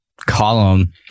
column